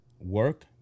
work